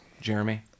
Jeremy